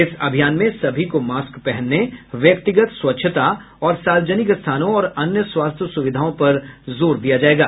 इस अभियान में सभी को मास्क पहनने व्यक्तिगत स्वच्छता और सार्वजनिक स्थानों और अन्य स्वास्थ्य सुविधाओं पर जोर दिया जाएगा